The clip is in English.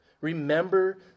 remember